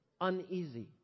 uneasy